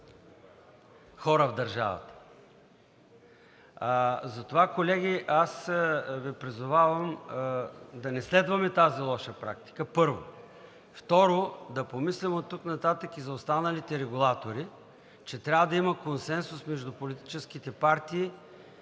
хора в държавата. Затова, колеги, аз Ви призовавам да не следваме тази лоша практика, първо. Второ, да помислим оттук нататък и за останалите регулатори, че трябва да има консенсус между политическите партии